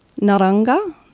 Naranga